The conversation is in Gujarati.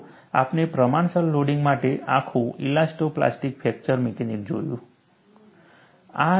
જુઓ તમારે પ્રમાણસર લોડિંગ માટે આખું ઇલાસ્ટો પ્લાસ્ટિક ફ્રેક્ચર મિકેનિક્સ જોવું પડશે